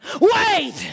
Wait